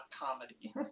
comedy